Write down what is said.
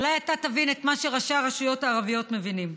אולי אתה תבין את מה שראשי הרשויות הערבים מבינים.